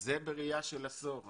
זה בראייה של עשור.